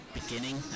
beginning